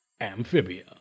Amphibia